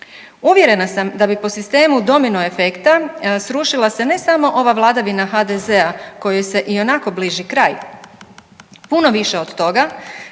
Uvjerena sam da bi po sistemu domino efekta srušila se ne samo ova vladavina HDZ-a kojoj se ionako bliži kraj, puno više od toga